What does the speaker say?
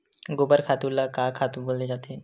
गोबर खातु ल का खातु बोले जाथे?